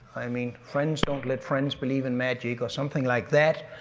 i mean, friends don't let friends believe in magic or something like that.